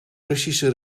russische